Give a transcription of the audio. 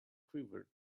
quivered